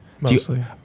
mostly